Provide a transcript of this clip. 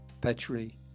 Petri